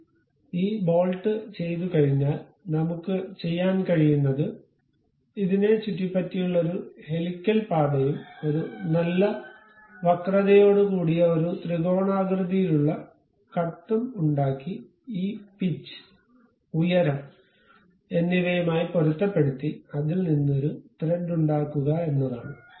അതിനാൽ ഈ ബോൾട്ട് ചെയ്തുകഴിഞ്ഞാൽ നമുക്ക് ചെയ്യാൻ കഴിയുന്നത് ഇതിനെ ചുറ്റിപ്പറ്റിയുള്ള ഒരു ഹെലിക്കൽ പാതയും ഒരു നല്ല വക്രതയോടുകൂടിയ ഒരു ത്രികോണാകൃതിയിലുള്ള കട്ടും ഉണ്ടാക്കി ഈ പിച്ച് ഉയരം എന്നിവയുമായി പൊരുത്തപ്പെടുത്തി അതിൽ നിന്ന് ഒരു ത്രെഡ് ഉണ്ടാക്കുക എന്നതാണ്